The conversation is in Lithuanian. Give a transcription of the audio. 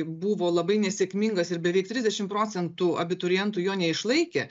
buvo labai nesėkmingas ir beveik trisdešimt procentų abiturientų jo neišlaikė